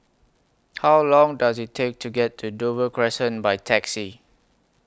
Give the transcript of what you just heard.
How Long Does IT Take to get to Dover Crescent By Taxi